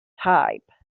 type